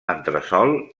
entresòl